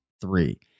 Three